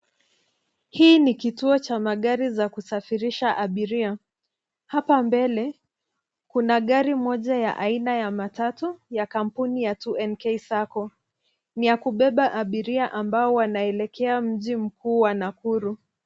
Hii ni kituo cha magari za kusafirisha abiria. Hapa mbele, kuna gari moja ya aina ya matatu ya kampuni ya 2NK Sacco . Ni ya kubeba abiria ambao wanaelekea mji mkuu wa Nakuru.